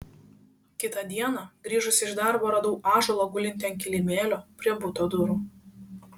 kitą dieną grįžusi iš darbo radau ąžuolą gulintį ant kilimėlio prie buto durų